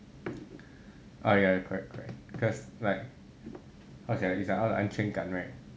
ah ya correct correct because like cause like 安全感 right